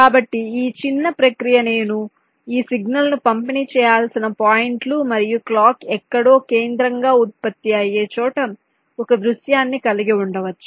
కాబట్టి ఈ చిన్న ప్రక్రియ నేను ఈ సిగ్నల్ను పంపిణీ చేయాల్సిన పాయింట్లు మరియు క్లాక్ ఎక్కడో కేంద్రంగా ఉత్పత్తి అయ్యే చోట ఒక దృశ్యాన్ని కలిగి ఉండవచ్చు